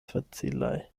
facilaj